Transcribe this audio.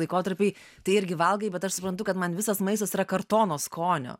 laikotarpį tai irgi valgai bet aš suprantu kad man visas maistas yra kartono skonio